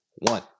one